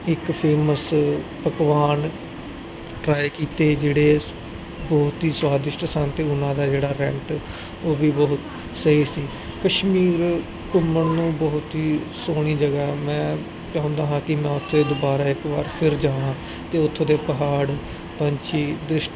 ਇੱਕ ਫੇਮਮ ਪਕਵਾਨ ਟਰਾਏ ਕੀਤੇ ਜਿਹੜੇ ਬਹੁਤ ਹੀ ਸਵਾਦਿਸ਼ਟ ਸਨ ਤੇ ਉਹਨਾਂ ਦਾ ਜਿਹੜਾ ਰੈਂਟ ਉਹ ਵੀ ਬਹੁਤ ਸਹੀ ਸੀ ਕਸ਼ਮੀਰ ਘੁੰਮਣ ਨੂੰ ਬਹੁਤ ਹੀ ਸੋਹਣੀ ਜਗ੍ਹਾ ਹੈ ਮੈਂ ਚਾਹੁੰਦਾ ਹਾਂ ਕੀ ਮੈਂ ਉੱਥੇ ਦੁਬਾਰਾ ਇੱਕ ਵਾਰ ਫਿਰ ਜਾਵਾ ਤੇ ਉੱਥੋਂ ਦੇ ਪਹਾੜ ਪੰਛੀ ਦ੍ਰਿਸ਼